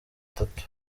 itatu